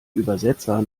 übersetzer